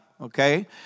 Okay